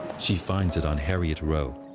she finds it on heriot row.